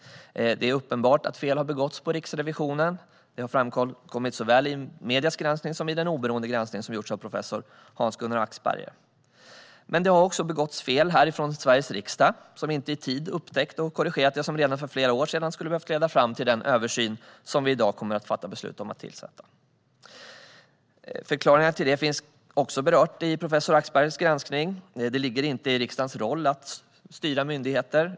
Det är uppenbart att fel har begåtts på Riksrevisionen, detta har framkommit såväl i medias granskning som i den oberoende granskning som gjorts av professor Hans-Gunnar Axberger. Men det har också begåtts fel här ifrån Sveriges riksdag som inte i tid har upptäckt och korrigerat det som redan för flera år sedan skulle ha behövt leda fram till den översyn som vi i dag kommer att fatta beslut om att tillsätta. Förklaringarna till det finns delvis också berört i Axbergers granskning. Det ligger inte i riksdagens roll att styra myndigheter.